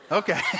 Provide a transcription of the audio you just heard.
okay